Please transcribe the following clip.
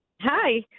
Hi